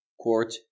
court